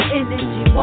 energy